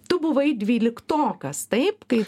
tu buvai dvyliktokas taip kai